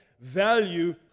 value